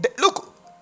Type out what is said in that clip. Look